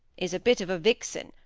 is a bit of a vixen,